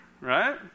right